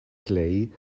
clay